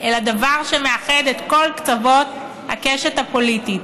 אלא דבר שמאחד את כל קצוות הקשת הפוליטית.